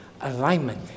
alignment